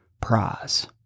prize